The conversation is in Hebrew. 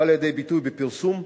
בא לידי ביטוי בפרסום,